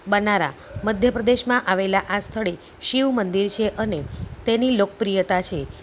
બનારા મધ્ય પ્રદેશમાં આવેલા આ સ્થળે શિવ મંદિર છે અને તેની લોકપ્રિયતા છે